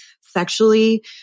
sexually